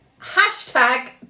hashtag